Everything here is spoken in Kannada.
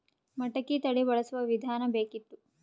ಮಟಕಿ ತಳಿ ಬಳಸುವ ವಿಧಾನ ಬೇಕಿತ್ತು?